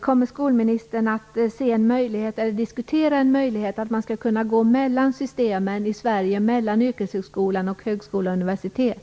Kan skolministern se en möjlighet, eller diskutera en möjlighet, att man i Sverige skall kunna gå mellan systemen, dvs. mellan yrkeshögskola och högskola och universitet?